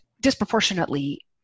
disproportionately